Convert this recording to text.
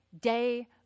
day